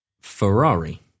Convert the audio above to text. Ferrari